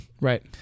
Right